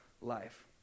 life